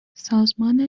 سازمان